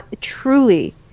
truly